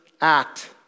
act